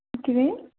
ਕਿਵੇਂ